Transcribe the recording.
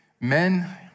Men